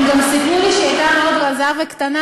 הם גם סיפרו לי שהיא הייתה מאוד רזה וקטנה,